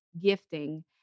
gifting